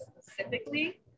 specifically